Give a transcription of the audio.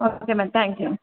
okay madam thank you